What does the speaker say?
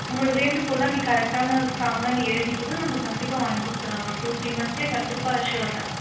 உன்னோடய வேண்டுகோளை நீ கரெக்டான ஸ்ட்ராங்காக நீ எழுதி கொடு நம்ம கண்டிப்பாக வாங்கி கொடுத்துட்லாம் ஒரு டூ த்ரீ மந்தில் கண்டிப்பாக ஷியோர் டா